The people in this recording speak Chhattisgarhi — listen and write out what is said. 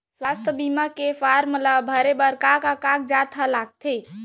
स्वास्थ्य बीमा के फॉर्म ल भरे बर का का कागजात ह लगथे?